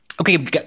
Okay